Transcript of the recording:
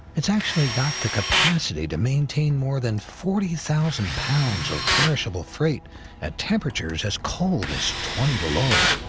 it's actually got the capacity to maintain more than forty-thousand pounds of perishable freight at temperatures as cold as twenty below.